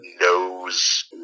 knows